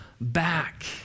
back